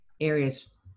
areas